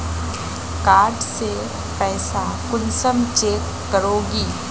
Card से पैसा कुंसम चेक करोगी?